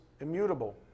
immutable